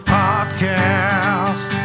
podcast